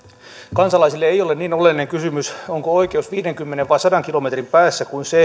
kansalaisille ei ole niin oleellinen kysymys onko oikeus viidenkymmenen vai sadan kilometrin päässä kuin se